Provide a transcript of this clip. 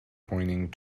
pointing